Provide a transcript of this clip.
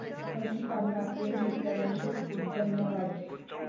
पशुपालनातून शेतकऱ्यांचे उत्पन्न वाढते